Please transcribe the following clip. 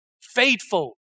faithful